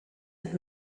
and